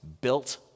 built